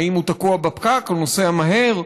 האם הוא תקוע בפקק או נוסע מהר?